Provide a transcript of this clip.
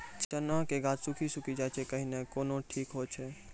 चना के गाछ सुखी सुखी जाए छै कहना को ना ठीक हो छै?